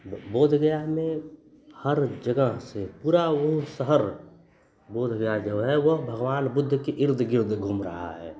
बोधगया में हर जगह से पूरा वह शहर बोधगया जो है वह भगवान बुद्ध के इर्दगिर्द घूम रहा है